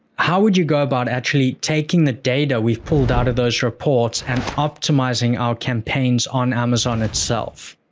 how would you go about actually taking the data we've pulled out of those reports and optimizing our campaigns on amazon itself?